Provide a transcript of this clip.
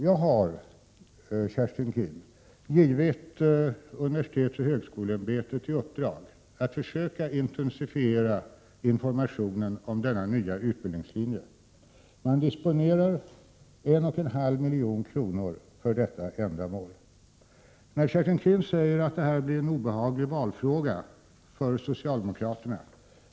Jag har, Kerstin Keen, givit universitetsoch högskoleämbetet i uppdrag att försöka intensifiera informationen om den nya lärarutbildningen. UHÄ disponerar en och en halv miljon för detta ändamål. Kerstin Keen säger att detta blir en obehaglig valfråga för socialdemokraterna.